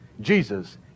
Jesus